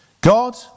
God